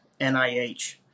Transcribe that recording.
NIH